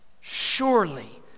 Surely